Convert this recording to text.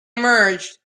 emerged